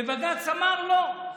ובג"ץ אמר: לא.